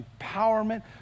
empowerment